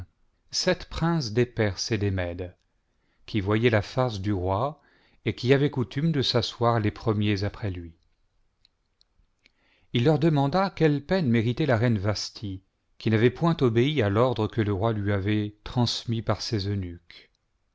sept princes des perses et des mèdes qui voyaient la face du roi et qui avaient coutume de s'asseoir les premiers après lui il leur demanda quelle peine méritait la reine vasthi qui n'avait point obéi à l'ordre que le roi lui avait transmis par ses eunuques